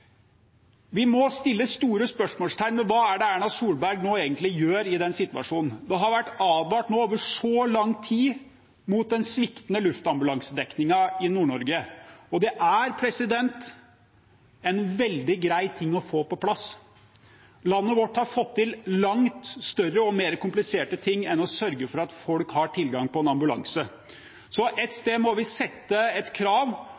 Vi må sette store spørsmålstegn ved hva Erna Solberg egentlig gjør i denne situasjonen. Det har vært advart over lang tid mot den sviktende luftambulansedekningen i Nord-Norge, og det er en veldig grei ting å få på plass. Landet vårt har fått til langt større og mer kompliserte ting enn å sørge for at folk har tilgang på ambulanse. Et sted må vi sette krav,